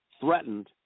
threatened